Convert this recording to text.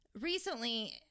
Recently